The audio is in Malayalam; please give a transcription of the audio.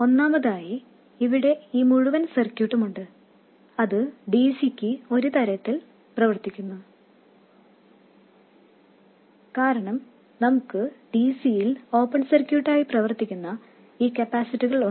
ഒന്നാമതായി ഇവിടെ ഈ മുഴുവൻ സർക്യൂട്ടും ഉണ്ട് അത് dcക്ക് ഒരേ തരത്തിൽ പ്രവർത്തിക്കുന്നു കാരണം നമുക്ക് dc യിൽ ഓപ്പൺ സർക്യൂട്ട് ആയി പ്രവർത്തിക്കുന്ന ഈ കപ്പാസിറ്ററുകൾ ഉണ്ട്